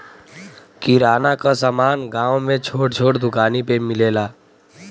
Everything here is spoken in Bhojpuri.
किराना क समान गांव में छोट छोट दुकानी पे मिलेला